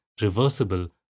reversible